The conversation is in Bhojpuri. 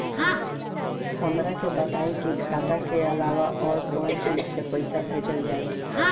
हमरा के बताई की खाता के अलावा और कौन चीज से पइसा भेजल जाई?